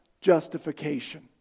justification